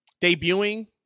debuting